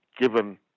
given